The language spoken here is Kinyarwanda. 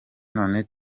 none